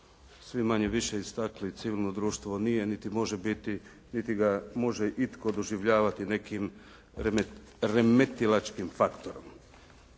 svi manje-više istakli civilno društvo nije, niti može biti, niti ga može itko doživljavati nekim remetilačkim faktorom.